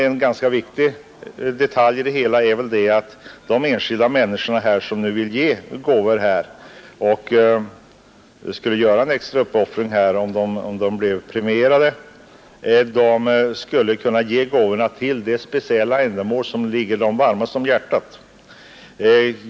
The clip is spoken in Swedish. En ganska viktig detalj är vidare att de enskilda människor som vill ge gåvor och skulle göra en extra uppoffring om de blev premierade skulle kunna ge gåvorna till det speciella ändamål som ligger dem varmast om hjärtat.